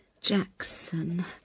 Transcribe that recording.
Jackson